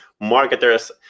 marketers